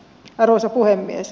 arvoisa puhemies